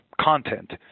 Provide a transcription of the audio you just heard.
content